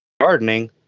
gardening